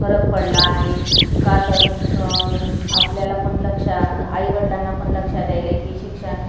फरक पडला आहे का तर आपल्याला पण लक्ष आई वडिलांना पण लक्षात द्यायलं की शिक्षण